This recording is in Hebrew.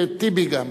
וטיבי גם פה.